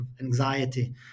anxiety